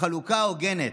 חלוקה הוגנת.